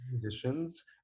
musicians